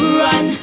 run